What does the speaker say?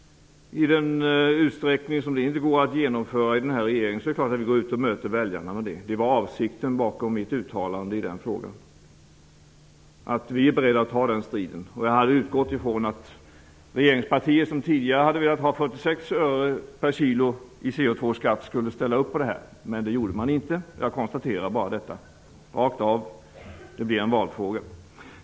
I den utsträckning som det inte går att genomföra detta i den här regeringen, är det klart att vi går ut och möter väljarna med det. Avsikten med mitt uttalande i den frågan var att vi är beredda att ta striden. Jag hade utgått från att de regeringspartier som tidigare ville ha en CO2-skatt på 46 öre per kilo skulle ställa upp, men det gjorde de inte. Jag konstaterar bara detta, rakt av. Det blir en valfråga.